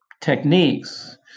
techniques